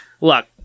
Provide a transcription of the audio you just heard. Look